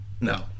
No